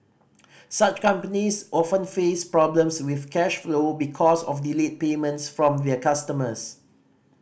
such companies often face problems with cash flow because of delayed payments from their customers